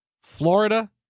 Florida